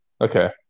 Okay